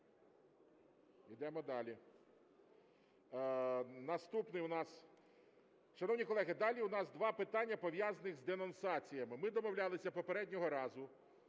Йдемо далі, наступний у нас… Шановні колеги, далі у нас два питання, пов'язані з денонсаціями. Ми домовлялися попереднього разу,